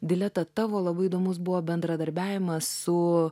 dileta tavo labai įdomus buvo bendradarbiavimas su